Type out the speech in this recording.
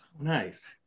Nice